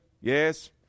Yes